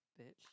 bitch